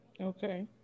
Okay